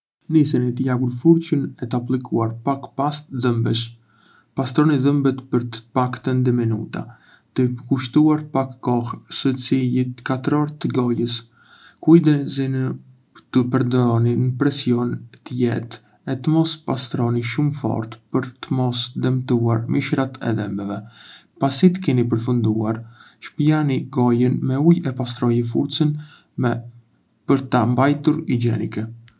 Nisëni të lagur furçën e të aplikuar pak pastë dhëmbësh. Pastroni dhëmbët për të paktën dy minuta, të u kushtuar pak kohë secilit katror të gojës. Kujdesuni të përdorni një presion të lehtë e të mos pastroni shumë fort për të mos dëmtuar mishrat e dhëmbëve. Pasi të keni përfunduar, shpëlani gojën me ujë e pastroje furçën për ta mbajtur higjienike.